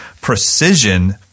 precision